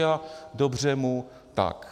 A dobře mu tak.